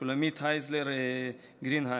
שולמית הייזלר גרינהיים.